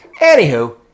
Anywho